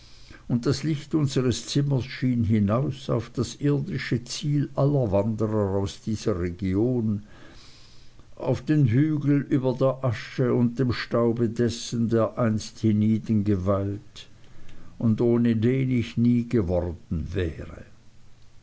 und das licht unseres zimmers schien hinaus auf das irdische ziel aller wanderer aus dieser region auf den hügel über der asche und dem staube dessen der einst hienieden geweilt und ohne den ich nie geworden wäre